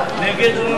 נגד?